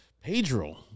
Pedro